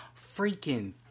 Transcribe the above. freaking